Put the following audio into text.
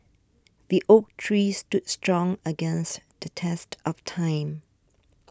the oak tree stood strong against the test of time